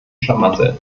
schlamassel